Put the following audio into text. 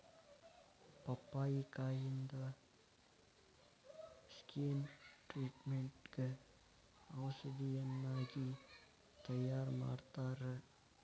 ಪಪ್ಪಾಯಿಕಾಯಿಂದ skin ಟ್ರಿಟ್ಮೇಟ್ಗ ಔಷಧಿಯನ್ನಾಗಿ ತಯಾರಮಾಡತ್ತಾರ